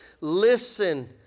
listen